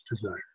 desire